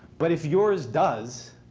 but if yours does,